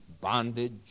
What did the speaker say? bondage